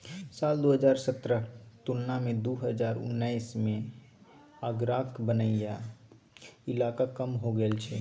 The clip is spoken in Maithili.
साल दु हजार सतरहक तुलना मे दु हजार उन्नैस मे आगराक बनैया इलाका कम हो गेल छै